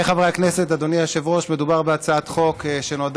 לסעיף הבא שעל סדר-היום: הצעת חוק הרשויות